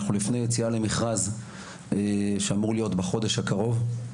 אנחנו לפני יציאה למכרז שאמור להיות בחודש הקרוב.